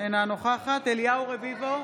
אינה נוכחת אליהו רביבו,